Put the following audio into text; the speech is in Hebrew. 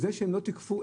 זה שהם לא תיקפו,